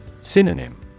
Synonym